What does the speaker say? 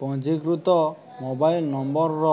ପଞ୍ଜୀକୃତ ମୋବାଇଲ୍ ନମ୍ବର୍ର